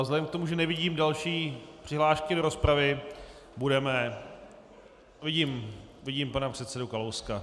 Vzhledem k tomu, že nevidím další přihlášky do rozpravy, budeme vidím pana předsedu Kalouska.